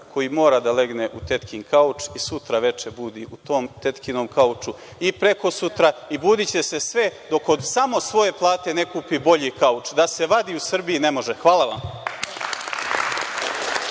koji mora da legne u tetkin kauč i sutra veče budi u tom tetkinom kauču i prekosutra i budiće se sve dok od samo svoje plate ne kupi bolji kauč. Da se vadi u Srbiji ne može. Hvala.